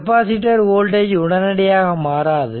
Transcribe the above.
capacitor voltage உடனடியாக மாறாது